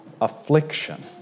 affliction